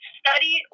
study